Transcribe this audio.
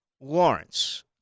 Lawrence